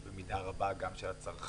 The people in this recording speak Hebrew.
זה במידה רבה גם של הצרכן.